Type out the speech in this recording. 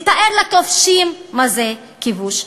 נתאר לכובשים מה זה כיבוש.